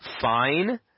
fine